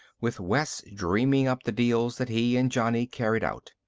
with wes dreaming up the deals that he and johnny carried out.